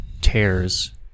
tears